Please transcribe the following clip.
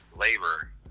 labor